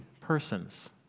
persons